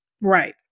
Right